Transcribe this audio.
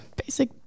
Basic